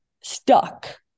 stuck